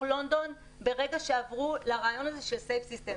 לונדון ברגע שעברו לרעיון הזה של Safe System.